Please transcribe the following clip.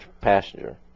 passenger